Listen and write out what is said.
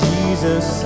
Jesus